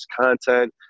content